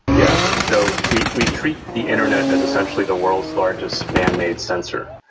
yeah. so we we treat the internet as essentially the world's largest manmade sensor.